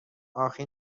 آخه